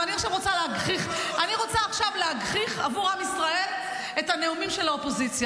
ועכשיו אני רוצה להגחיך עבור עם ישראל את הנאומים של האופוזיציה,